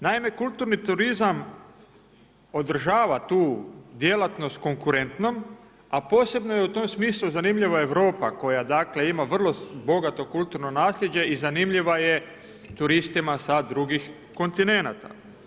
Naime, kulturni turizam održava tu djelatnost konkurentnom, a posebno je u tom smislu zanimljiva Europa koja ima vrlo bogato kulturno nasljeđe i zanimljiva je turistima sa drugih kontinenata.